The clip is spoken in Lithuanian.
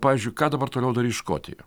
pavyzdžiui ką dabar toliau darys škotija